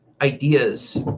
ideas